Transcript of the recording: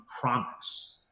promise